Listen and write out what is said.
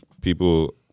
people